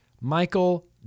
Michael